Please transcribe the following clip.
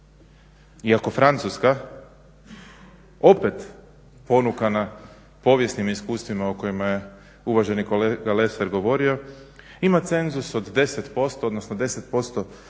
iako Francuska opet ponukana povijesnim iskustvima o kojima je uvaženi kolega Lesar govorio, ima cenzus od 10%, odnosno 10%